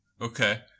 Okay